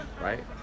right